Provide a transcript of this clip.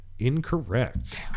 Incorrect